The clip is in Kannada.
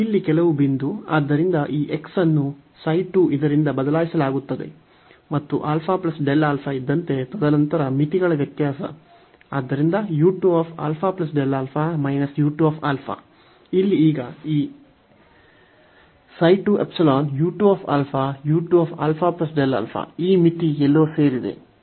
ಇಲ್ಲಿ ಕೆಲವು ಬಿಂದು ಆದ್ದರಿಂದ ಈ x ಅನ್ನು ಇದರಿಂದ ಬದಲಾಯಿಸಲಾಗುತ್ತದೆ ಮತ್ತು ಇದ್ದಂತೆ ತದನಂತರ ಮಿತಿಗಳ ವ್ಯತ್ಯಾಸ ಆದ್ದರಿಂದ ಇಲ್ಲಿ ಈಗ ಈ ಈ ಮಿತಿ ಎಲ್ಲೋ ಸೇರಿದೆ